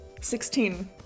16